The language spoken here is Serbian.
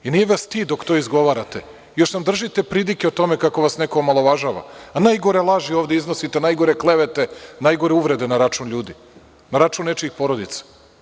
I nije vas stid dok to izgovarate, još nam držite pridike o tome kako vas neko omalovažava, a najgore laži ovde iznosite, najgore klevete, najgore uvrede na račun ljudi, na račun nečijih porodica.